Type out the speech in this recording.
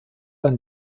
dann